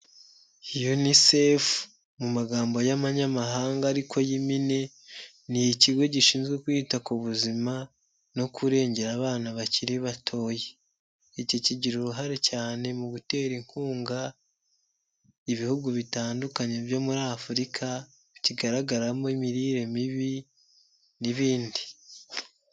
Yunisefu mu magambo y'abanyamahanga ariko yimpine ni ikigo gishinzwe kwita ku buzima no kurengera abana bakiri batoya. Iki kigira uruhare cyane mu gutera inkunga ibihugu bitandukanye byo muri afurika bikigaragaramo imirire mibi n'ibindi.